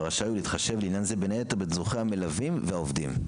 ורשאי הוא להתחשב לעניין זה בין היתר בצרכי המלווים והעובדים.